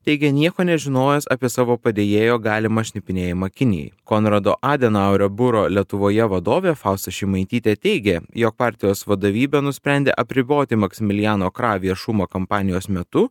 teigė nieko nežinojęs apie savo padėjėjo galimą šnipinėjimą kinijai konrado adenauerio biuro lietuvoje vadovė fausta šimaitytė teigė jog partijos vadovybė nusprendė apriboti maksimilijano kra viešumą kampanijos metu